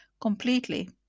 completely